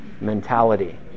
mentality